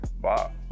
Bob